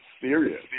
serious